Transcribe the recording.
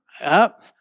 up